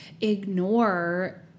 ignore